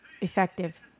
effective